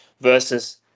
versus